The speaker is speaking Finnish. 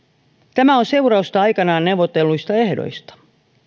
tämä on seurausta aikanaan neuvotelluista ehdoista